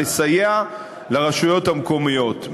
לסייע לרשויות המקומיות.